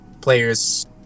players